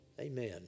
Amen